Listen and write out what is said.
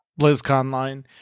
BlizzConline